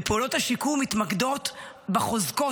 ופעולות השיקום מתמקדות בחוזקות